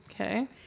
Okay